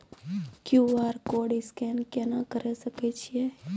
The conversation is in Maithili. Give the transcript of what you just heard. क्यू.आर कोड स्कैन केना करै सकय छियै?